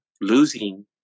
losing